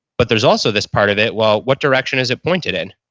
but there's also this part of it, well, what direction is it pointed in?